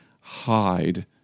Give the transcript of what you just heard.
hide